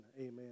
Amen